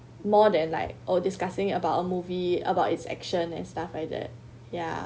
more than like or discussing about a movie about its action and stuff like that ya